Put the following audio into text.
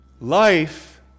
Life